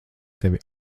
tevi